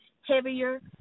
heavier